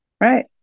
Right